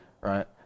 Right